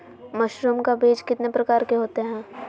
Mushroom का बीज कितने प्रकार के होते है?